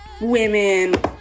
women